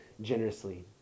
generously